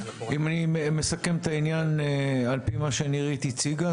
אם אני מסכם את העניין על פי מה שנירית הציגה,